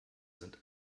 sind